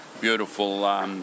beautiful